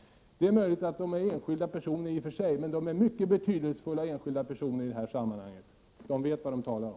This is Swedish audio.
Det är klart att de i och för sig är enskilda personer, men de är mycket betydelsefulla enskilda personer i det här sammanhanget. De vet vad de talar om.